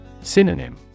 Synonym